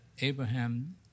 Abraham